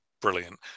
brilliant